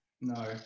No